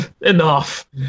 Enough